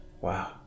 Wow